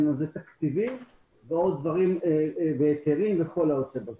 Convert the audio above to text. תקציבים ועוד דברים וכלים וכל היוצא בזה.